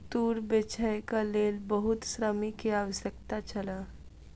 तूर बीछैक लेल बहुत श्रमिक के आवश्यकता छल